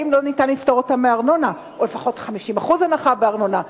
האם לא ניתן לפטור אותם מארנונה או לפחות לתת להם 50% הנחה בארנונה?